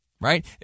right